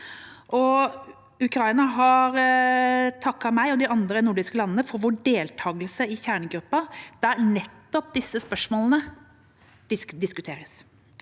Ukraina har takket meg og de andre nordiske landene for vår deltakelse i kjernegruppa, der nettopp disse spørsmålene diskuteres.